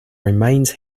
remains